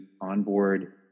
onboard